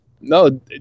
no